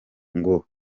ngo